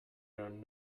learn